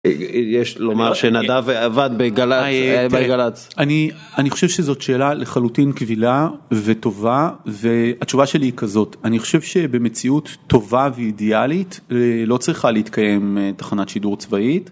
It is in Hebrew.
יש לומר שנדב עבד בגל"צ. אני חושב שזאת שאלה לחלוטין קבילה וטובה והתשובה שלי היא כזאת, אני חושב שבמציאות טובה ואידיאלית לא צריכה להתקיים תחנת שידור צבאית.